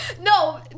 No